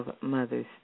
Mother's